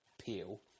peel